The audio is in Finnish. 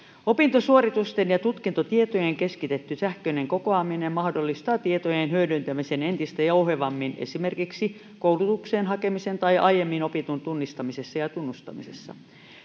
opintosuoritusten ja tutkintotietojen keskitetty sähköinen kokoaminen mahdollistaa tietojen hyödyntämisen entistä jouhevammin esimerkiksi koulutukseen hakemisen tai aiemmin opitun tunnistamisessa ja tunnustamisessa